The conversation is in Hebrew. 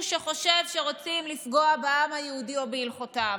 שחושב שרוצים לפגוע בעם היהודי או בהלכותיו.